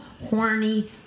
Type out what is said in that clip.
horny